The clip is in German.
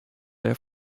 der